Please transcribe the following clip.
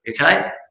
okay